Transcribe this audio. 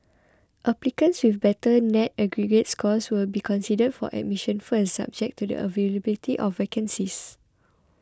applicants with better net aggregate scores will be considered for admission first subject to the availability of vacancies